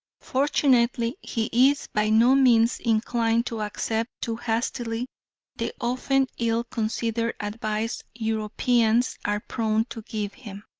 fortunately he is by no means inclined to accept too hastily the often ill-considered advice europeans are prone to give him,